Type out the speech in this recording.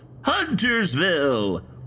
Huntersville